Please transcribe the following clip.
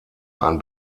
ein